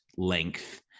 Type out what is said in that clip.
length